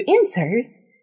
answers